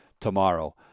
tomorrow